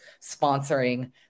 sponsoring